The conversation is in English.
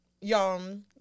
y'all